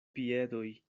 piedoj